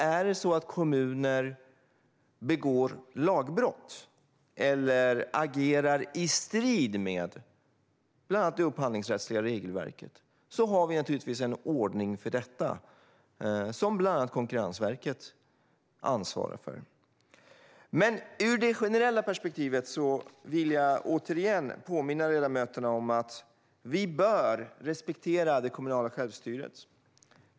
Är det så att kommuner begår lagbrott eller agerar i strid med bland annat det upphandlingsrättsliga regelverket har vi naturligtvis en ordning för detta som bland annat Konkurrensverket ansvarar för. Ur det generella perspektivet vill jag återigen påminna ledamöterna om att vi bör respektera det kommunala självstyret.